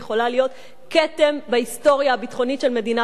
כתם בהיסטוריה הביטחונית של מדינת ישראל.